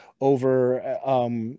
over –